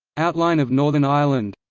outline of northern ireland